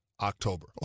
October